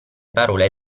parole